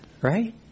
right